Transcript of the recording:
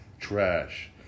Trash